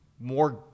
more